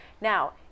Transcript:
Now